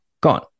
Gone